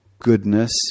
Goodness